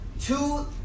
two